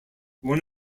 one